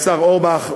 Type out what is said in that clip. השר אורבך.